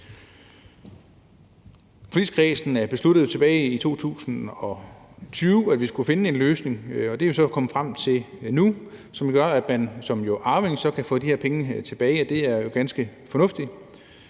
Forligskredsen besluttede tilbage i 2020, at vi skulle finde en løsning, og den er vi så kommet frem til nu, og den gør, at man som arving nu kan få de her penge tilbage, og det er ganske fornuftigt.